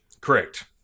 Correct